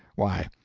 why,